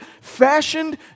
fashioned